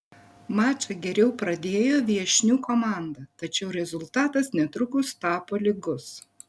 mačą geriau pradėjo viešnių komanda tačiau rezultatas netrukus tapo lygus